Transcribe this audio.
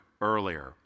earlier